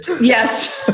Yes